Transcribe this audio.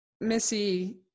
Missy